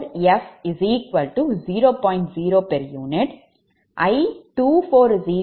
0 எனவே fault பஸ்ஸின் மின்னழுத்தம் 0